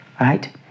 right